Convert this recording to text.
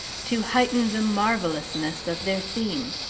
to heighten the marvellousness of their theme.